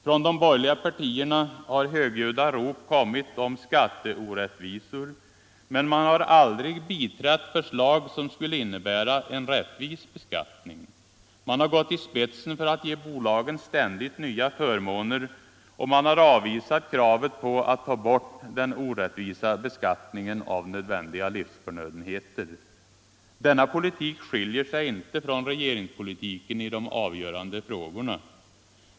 Från de borgerliga partierna har högljudda rop kommit om skatteorättvisor, men man har aldrig biträtt förslag som skulle innebära en rättvis beskattning. Man har gått i spetsen för att ge bolagen ständigt nya förmåner, och man har avvisat kravet på att ta bort den orättvisa beskattningen av livsförnödenheter. Denna politik skiljer sig inte från regeringspolitiken i de avgörande frågorna.